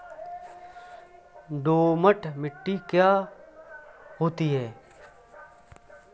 दोमट मिट्टी क्या होती हैं?